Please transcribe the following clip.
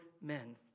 men